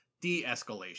de-escalation